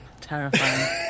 Terrifying